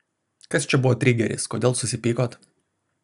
kas čia buvo trigeris kodėl susipykot